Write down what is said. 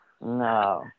No